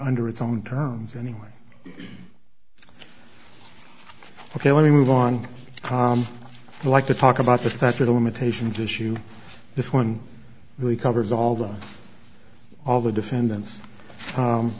under its own terms anyway ok let me move on like to talk about the statute of limitations issue this one really covers all the all the defendants